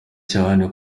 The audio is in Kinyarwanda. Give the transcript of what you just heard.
cyane